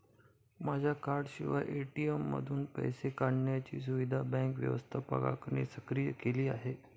माझ्या कार्डाशिवाय ए.टी.एम मधून पैसे काढण्याची सुविधा बँक व्यवस्थापकाने सक्रिय केली आहे